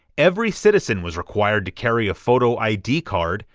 every citizen was required to carry a photo id card,